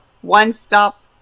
one-stop